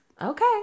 Okay